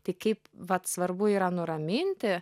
tai kaip vat svarbu yra nuraminti